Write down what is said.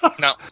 No